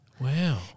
Wow